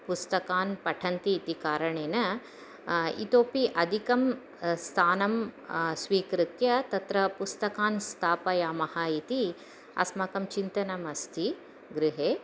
पुस्तकान् पठन्ति इति कारणेन इतोऽपि अधिकं स्थानं स्वीकृत्य तत्र पुस्तकान् स्थापयामः इति अस्माकं चिन्तनम् अस्ति गृहे